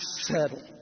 settle